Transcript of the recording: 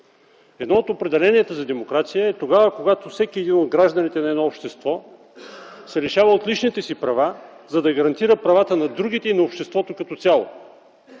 Едно от определенията за демокрация е: тогава, когато всеки един от гражданите на едно общество се лишава от личните си права, за да гарантира правата на другите и на обществото като цяло.